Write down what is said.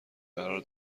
قرار